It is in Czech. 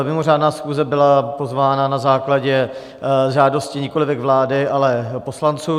Mimořádná schůze byla svolána na základě žádosti nikolivěk vlády, ale poslanců.